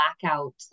blackout